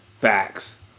Facts